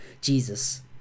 Jesus